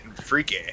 freaky